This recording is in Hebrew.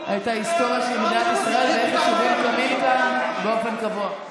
את ההיסטוריה של מדינת ישראל ואיך יישובים קמים כאן באופן קבוע.